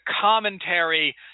commentary